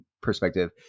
perspective